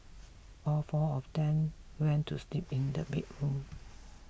all four of them then went to sleep in the bedroom